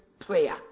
prayer